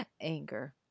anger